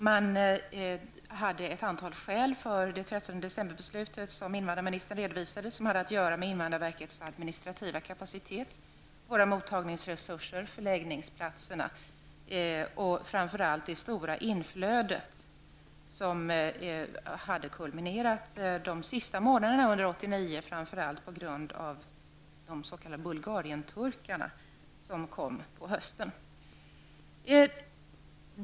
Man hade ett antal skäl för beslutet den 13 december 1989, som invandrarministern redovisade och som hade att göra med invandrarverkets administrativa kapacitet, våra mottagningsresurser, förläggningplatser och framför allt det stora inflöde som hade kulminerat under de sista månaderna av 1989, framför allt på grund av de s.k. bulgarienturkar som kom på hösten.